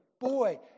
boy